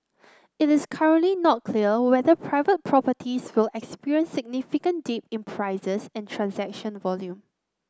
it is currently not clear whether private properties will experience significant dip in prices and transaction volume